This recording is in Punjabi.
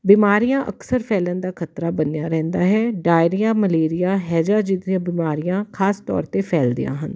ਬਿਮਾਰੀਆਂ ਅਕਸਰ ਫੈਲਣ ਦਾ ਖਤਰਾ ਬਣਿਆ ਰਹਿੰਦਾ ਹੈ ਡਾਇਰੀਆ ਮਲੇਰੀਆ ਹੈਜਾ ਜਿੱਥੇ ਬਿਮਾਰੀਆਂ ਖਾਸ ਤੌਰ 'ਤੇ ਫੈਲਦੀਆਂ ਹਨ